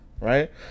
right